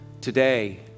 today